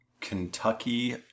Kentucky